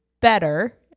better